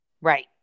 Right